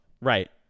Right